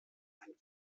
ein